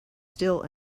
still